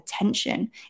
attention